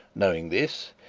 knowing this,